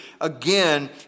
again